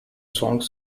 songs